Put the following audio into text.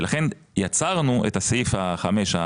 לכן יצרנו את סעיף 5,